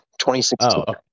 2016